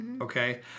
okay